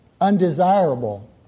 undesirable